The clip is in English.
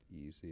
easy